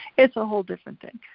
it's a whole different thing.